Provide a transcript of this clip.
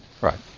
Right